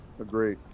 agree